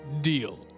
deal